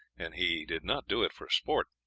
and he did not do it for sport,